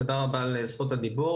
תודה רבה על זכות הדיבור,